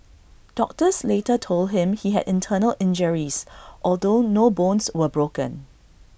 doctors later told him he had internal injuries although no bones were broken